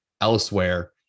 elsewhere